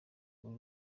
uru